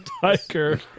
Tiger